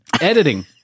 Editing